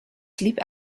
sleep